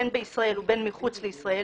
בין בישראל ובין מחוץ לישראל,